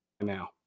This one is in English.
now